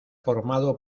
formado